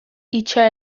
hitsa